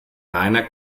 reiner